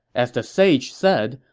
as the sage said,